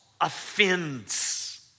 offends